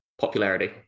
popularity